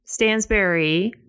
Stansberry